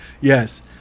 Yes